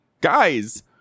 guys